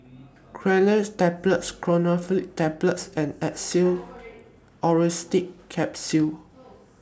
Cinnarizine Tablets Chlorpheniramine Tablets and Xenical Orlistat Capsules